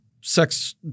sex